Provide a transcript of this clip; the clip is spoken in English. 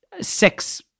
six